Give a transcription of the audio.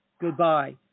goodbye